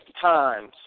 times